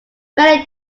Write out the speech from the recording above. many